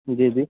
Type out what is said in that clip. جی جی